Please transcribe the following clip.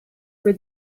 for